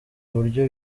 uburyo